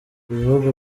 ibihugu